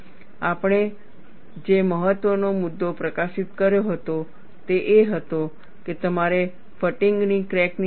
આપણે જે મહત્વનો મુદ્દો પ્રકાશિત કર્યો તે એ હતો કે તમારે ફટીગ ની ક્રેક ની જરૂર નથી